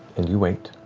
and you wait.